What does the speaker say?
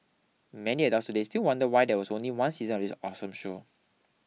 many adults today still wonder why there was only one season of this awesome show